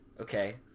Okay